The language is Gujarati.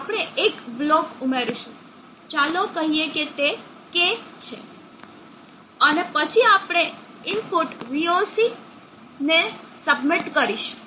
તો આપણે એક બ્લોક ઉમેરીશું ચાલો કહીએ કે તે K છે અને પછી આપણે ઇનપુટ VOC તરીકે સબમિટ કરીશું